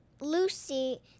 Lucy